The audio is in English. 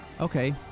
Okay